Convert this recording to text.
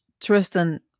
Tristan